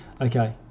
Okay